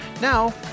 Now